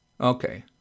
Okay